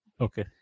okay